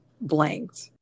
blanked